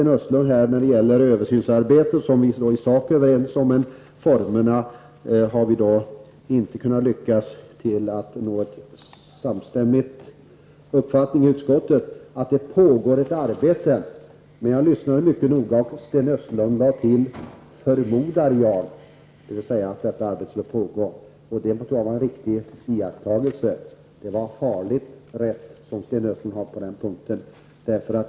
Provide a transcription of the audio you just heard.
När det gäller översynsarbetet är vi i sak överens, men vi har inte lyckats nå en samstämmig uppfattning i utskottet om formerna. Det pågår ett arbete. Jag lyssnade mycket noga på Sten Östlund. Han lade till ''förmodar jag'', dvs. att detta arbete skulle pågå. Det tror jag är en riktig iakttagelse. Sten Östlund har farligt rätt på den punkten.